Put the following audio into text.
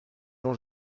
jean